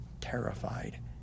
terrified